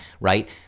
Right